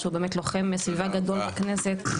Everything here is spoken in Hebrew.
שהוא באמת לוחם סביבה גדול בכנסת,